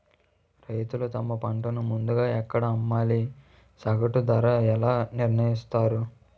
రైతులు తమ పంటను ముందుగా ఎక్కడ అమ్మాలి? సగటు ధర ఎలా నిర్ణయిస్తారు?